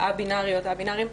לא-בינאריות וא-בינאריים,